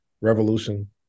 revolution